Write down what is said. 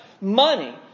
money